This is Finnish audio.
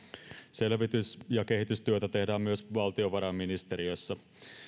selvitys ja kehitystyötä tehdään myös valtiovarainministeriössä